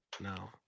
No